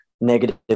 negative